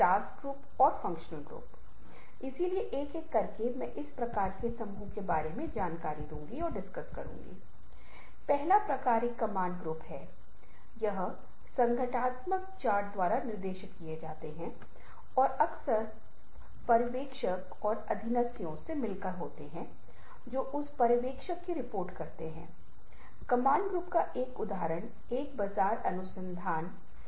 लेकिन अभी मैं जो बात कर रहा हूं न केवल प्रस्तुतियों पर लागू होता है वे वेब पेजों पर भी लागू हो सकते हैं वे विज्ञापनों पर लागू हो सकते हैं वे कई प्रकार के तत्वों पर लागू हो सकते हैं जो हमें दृश्य संस्कृति में मिलते हैं और इसीलिए हम उनसे अधिक विस्तार से चर्चा करने जा रहे हैं